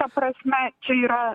ta prasme čia yra